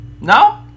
No